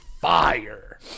fire